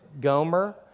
Gomer